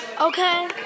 Okay